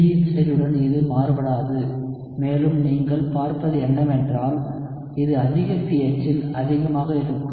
B இன் செறிவுடன் இது மாறுபடாது மேலும் நீங்கள் பார்ப்பது என்னவென்றால் அது அதிக pH இல் அதிகமாக இருக்கும்